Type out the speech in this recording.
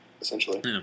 essentially